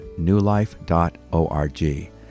newlife.org